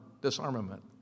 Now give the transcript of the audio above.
disarmament